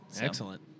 Excellent